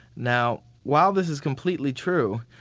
now while this is completely true,